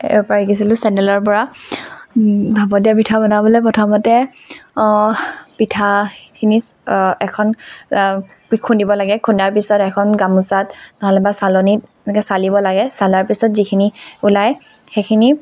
air পৰা শিকিছিলো চেণ্ডেলৰ পৰা ভাপত দিয়া পিঠা বনাবলৈ প্ৰথমতে পিঠা খিনি এখন খুন্দিব লাগে খুন্দাৰ পিছত এখন গামোচাত নহ'লে বা চালনীত এনেকৈ চালিব লাগে চালাৰ পিছত যিখিনি ওলায় সেইখিনি